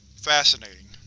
fascinating.